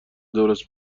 درست